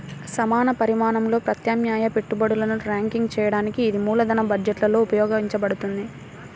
సమాన పరిమాణంలో ప్రత్యామ్నాయ పెట్టుబడులను ర్యాంక్ చేయడానికి ఇది మూలధన బడ్జెట్లో ఉపయోగించబడుతుంది